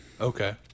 Okay